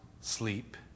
sleep